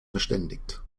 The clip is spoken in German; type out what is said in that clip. verständigt